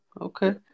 okay